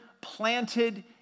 planted